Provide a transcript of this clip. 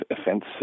offense